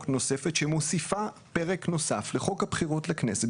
נוספת שמוסיפה פרק נוסף לחוק הבחירות לכנסת,